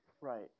Right